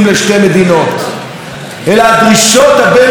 אלא הדרישות הבין-לאומיות והדרישות